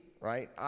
right